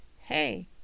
hey